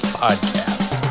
podcast